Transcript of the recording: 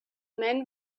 men